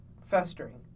festering